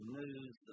news